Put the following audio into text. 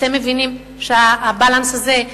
אתם מבינים שהבאלאנס הזה,